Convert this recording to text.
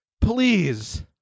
please